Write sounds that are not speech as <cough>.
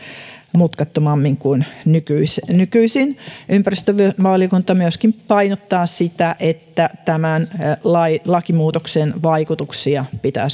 mutkattomammin kuin nykyisin ympäristövaliokunta myöskin painottaa sitä että tämän lakimuutoksen vaikutuksia pitää <unintelligible>